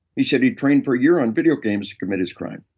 he said he'd trained for a year on video games to commit his crime.